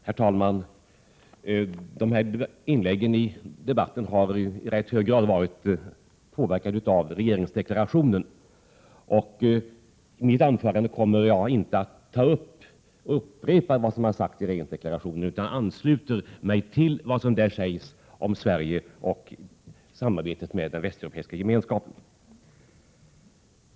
Herr talman! Inläggen i debatten har i rätt hög grad varit påverkade av regeringsdeklarationen. I mitt anförande kommer jag inte att upprepa vad som sagts i denna, utan jag ansluter mig till vad som där sägs om Sverige och 21 samarbetet med den västeuropeiska gemenskapen.